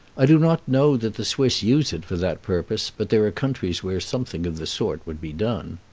i do not know that the swiss use it for that purpose, but there are countries where something of the sort would be done.